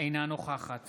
אינה נוכחת